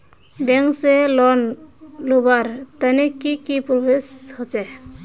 Bank से loan लुबार तने की की प्रोसेस होचे?